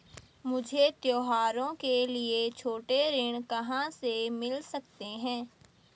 मुझे त्योहारों के लिए छोटे ऋण कहाँ से मिल सकते हैं?